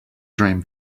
dream